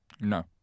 No